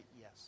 yes